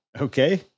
Okay